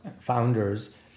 founders